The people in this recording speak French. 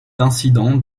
incident